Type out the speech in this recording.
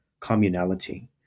communality